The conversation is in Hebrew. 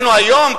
אנחנו היום,